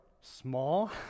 small